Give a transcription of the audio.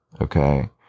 Okay